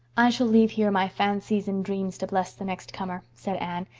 i shall leave here my fancies and dreams to bless the next comer, said anne,